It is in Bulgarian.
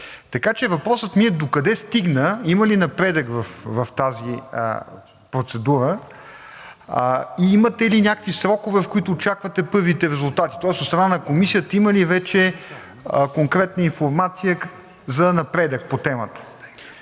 Така че въпросът ми е докъде стигна? Има ли напредък в тази процедура? Имате ли някакви срокове, в които очаквате първите резултати? Тоест от страна на Комисията има ли вече конкретна информация за напредък по темата?